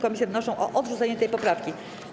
Komisje wnoszą o odrzucenie tej poprawki.